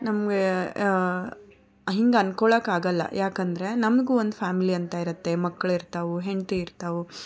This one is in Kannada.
ನಮಗೆ ಹಿಂಗೆ ಅಂದ್ಕೊಳ್ಳೋಕೆ ಆಗೋಲ್ಲ ಯಾಕೆಂದರೆ ನಮಗೂ ಒಂದು ಫ್ಯಾಮ್ಲಿ ಅಂತ ಇರುತ್ತೆ ಮಕ್ಳು ಇರ್ತವೆ ಹೆಂಡತಿ ಇರ್ತವೆ